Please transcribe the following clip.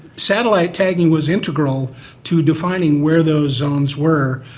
satellite tagging was integral to defining where those zones were,